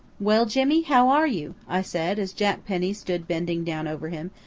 well, jimmy, how are you? i said, as jack penny stood bending down over him,